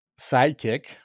sidekick